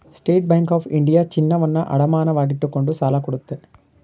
state Bank of India ಚಿನ್ನವನ್ನು ಅಡಮಾನವಾಗಿಟ್ಟುಕೊಂಡು ಸಾಲ ಕೊಡುತ್ತೆ